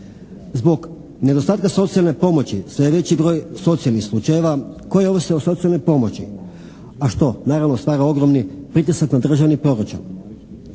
Zbog nedostatka socijalne pomoći sve je veći broj socijalnih slučajeva koji ovise o socijalnoj pomoći. A što? Naravno stvaraju ogromni pritisak na državni proračun.